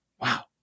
Wow